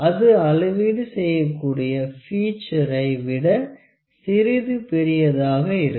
அது அளவீடு செய்யக்கூடிய பீட்சரை விட சிறிது பெரியதாக இருக்கும்